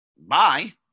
bye